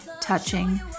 touching